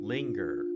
Linger